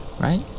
Right